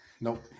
Nope